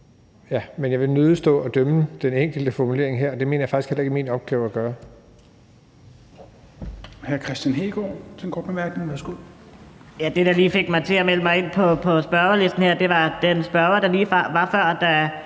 jeg vil nødig stå og dømme den enkelte formulering her, og det mener jeg faktisk heller ikke er min opgave at gøre.